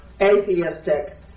atheistic